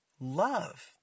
love